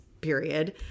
period